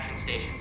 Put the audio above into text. stations